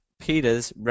Peters